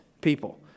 people